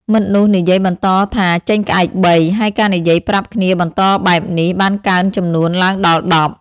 មិត្តនោះនិយាយបន្តថាចេញក្អែកបី ហើយការនិយាយប្រាប់គ្នាបន្តបែបនេះ បានកើនចំនួនឡើងដល់ដប់ ។